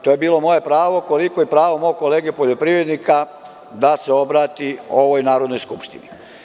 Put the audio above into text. To je bilo moje pravo, koliko pravo mog kolege poljoprivrednika da se obrati ovoj Narodnoj skupštini.